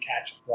catch